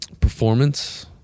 performance